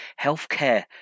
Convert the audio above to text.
healthcare